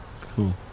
Cool